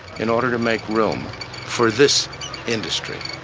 in order to make room for this industry.